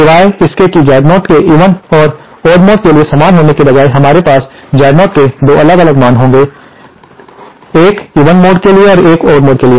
सिवाय इसके कि Z0 के इवन और ओड मोड के लिए समान होने के बजाय हमारे पास Z0 के 2 अलग अलग मान होंगे एक इवन मोड के लिए और एक ओड मोड के लिए